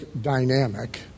dynamic